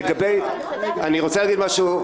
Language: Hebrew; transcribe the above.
אני רוצה לומר משהו,